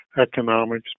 economics